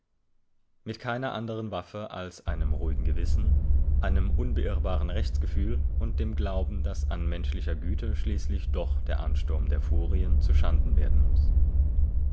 mit keiner anderen waffe als einem ruhigen gewissen einem unbeirrbaren rechtsgefühl und dem glauben daß an menschlicher güte schließlich doch der ansturm der furien zuschanden werden muß